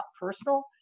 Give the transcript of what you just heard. personal